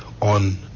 on